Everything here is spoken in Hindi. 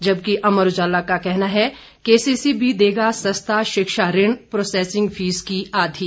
जबकि अमर उजाला का कहना है केसीसीबी देगा सस्ता शिक्षा ऋण प्रोसेसिंग फीस की आधी